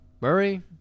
Murray